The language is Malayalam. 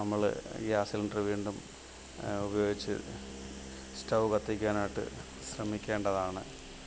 നമ്മൾ ഗ്യാസ് സിലിണ്ടർ വീണ്ടും ഉപയോഗിച്ച് സ്റ്റൗവ് കത്തിക്കാനായിട്ട് ശ്രമിക്കേണ്ടതാണ്